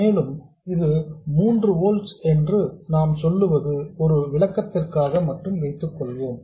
மேலும் இது 3 வோல்ட்ஸ் என்று நாம் சொல்வது ஒரு விளக்கத்திற்காக மட்டும் வைத்துக் கொள்வோம்